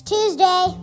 Tuesday